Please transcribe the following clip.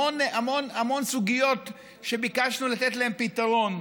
המון סוגיות שביקשנו לתת להן פתרון,